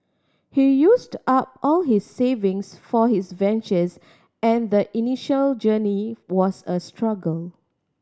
he used up all his savings for his ventures and the initial journey was a struggle